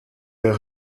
der